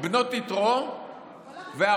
בנות יתרו והרועים.